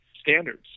standards